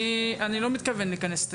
אני לא מתכוון להיכנס.